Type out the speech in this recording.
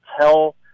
tell